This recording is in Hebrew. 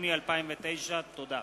יוני 2009. תודה.